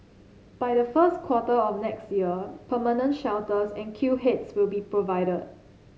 by the first quarter of next year permanent shelters and queue heads will be provided